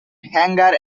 hangar